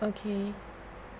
okay